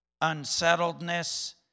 unsettledness